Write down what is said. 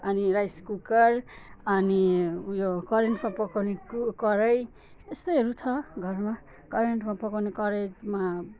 अनि rice cooker अनि ऊ यो करेन्टमा पकाउनेे क् कराही यस्तोहरू छ घरमा करेन्टमा पकाउने कराहीमा